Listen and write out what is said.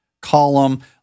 column